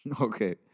Okay